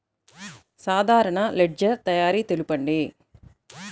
సాధారణ లెడ్జెర్ తయారి తెలుపండి?